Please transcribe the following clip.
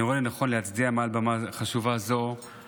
אני רואה לנכון להצדיע מעל במה חשובה זו